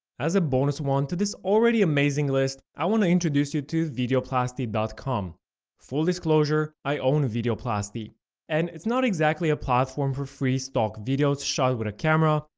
as a bonus one to this already amazing list, i want to introduce you to videoplasty dot com full disclosure, i own videoplasty and it's not exactly a platform for free stock videos shot with a camera,